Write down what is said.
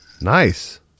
Nice